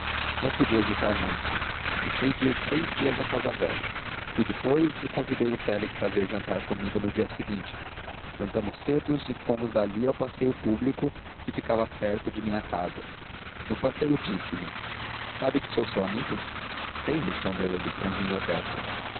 não podia hesitar muito deixei de ir três dias à casa velha fui depois e convidei o félix a vir jantar comigo no dia seguinte jantamos cedo e fomos dali ao passeio público que ficava perto de minha casa no passeio disse-lhe sabe que sou seu amigo sei respondeu ele franzindo a testa